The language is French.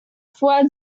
foi